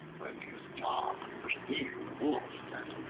when his dog perceiving the wolf said,